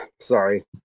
sorry